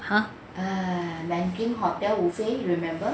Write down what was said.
!huh!